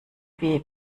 weh